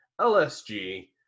LSG